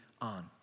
on